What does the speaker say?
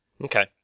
Okay